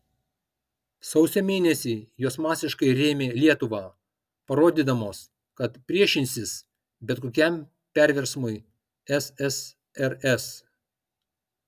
sausio mėnesį jos masiškai rėmė lietuvą parodydamos kad priešinsis bet kokiam perversmui ssrs